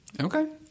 Okay